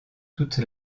toute